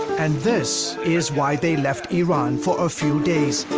and this is why they left iran for a few days.